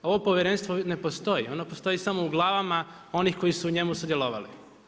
Ovo povjerenstvo ne postoji, ono postoji samo u glavama onih koji su u njemu sudjelovali.